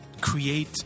create